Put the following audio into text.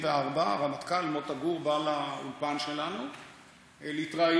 הרמטכ"ל מוטה גור בא לאולפן שלנו להתראיין.